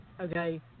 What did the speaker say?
okay